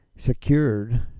secured